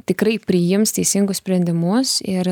tikrai priims teisingus sprendimus ir